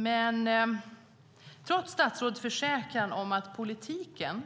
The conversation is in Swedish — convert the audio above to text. Men trots statsrådets försäkran om att politiken